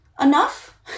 enough